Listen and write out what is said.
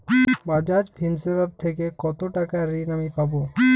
বাজাজ ফিন্সেরভ থেকে কতো টাকা ঋণ আমি পাবো?